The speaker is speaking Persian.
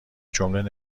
جمله